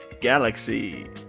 galaxy